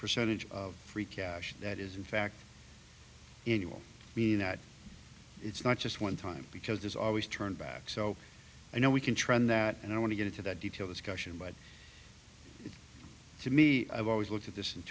percentage of free cash that is in fact it will be that it's not just one time because there's always turn back so i know we can trend that and i want to get into that detail discussion but to me i've always looked at this